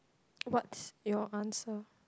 what's your answer